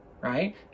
right